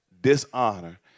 dishonor